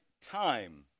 time